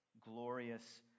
glorious